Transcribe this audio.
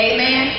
Amen